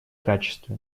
качестве